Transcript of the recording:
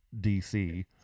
dc